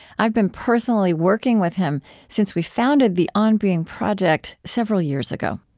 i've been personally working with him since we founded the on being project several years ago